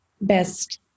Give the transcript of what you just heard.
best